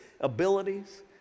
abilities